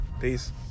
peace